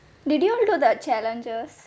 did you all do the challenges